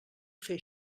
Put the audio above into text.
fer